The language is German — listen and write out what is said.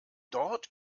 dort